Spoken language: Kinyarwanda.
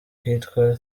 kitwa